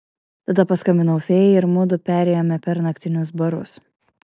tada paskambinau fėjai ir mudu perėjome per naktinius barus